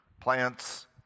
Plants